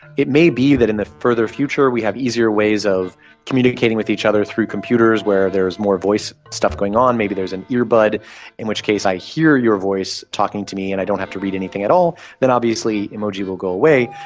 it may be that in the further future we have easier ways of communicating with each other through computers where there is more voice stuff going on, maybe there's an earbud in which case i hear your voice talking to me and i don't have to read anything at all, then obviously emoji will go away.